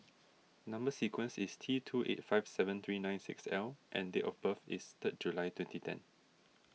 Number Sequence is T two eight five seven three nine six L and date of birth is third July twnenty ten